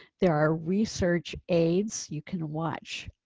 there are research aids, you can watch